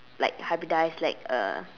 like hybridize like a